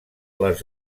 les